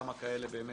כמה כאלה יש באמת?